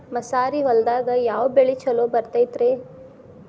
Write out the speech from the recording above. ಮಸಾರಿ ಹೊಲದಾಗ ಯಾವ ಬೆಳಿ ಛಲೋ ಬರತೈತ್ರೇ?